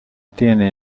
tiene